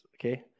okay